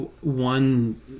one